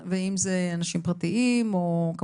אני